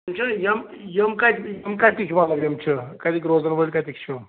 وُچھ حظ یِم یِم کَتہِ یِم کَتِکۍ چھِ وۅلہٕ لگے ٹھہر کتِکۍ روزن وٲلۍ کَتِکۍ چھِو